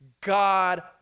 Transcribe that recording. God